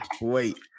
Wait